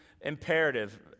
imperative